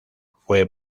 fue